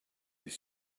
his